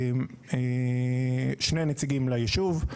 ושני נציגים ליישוב.